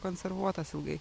konservuotas ilgai